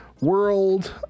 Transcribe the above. world